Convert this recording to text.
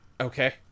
Okay